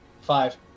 Five